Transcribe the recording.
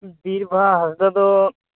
ᱵᱤᱨᱵᱟᱦᱟ ᱦᱟᱸᱥᱫᱟ ᱫᱚ